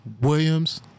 Williams